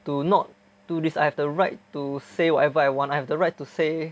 do not do this I have the right to say whatever I want I have the right to say